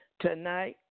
tonight